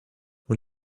when